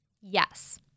Yes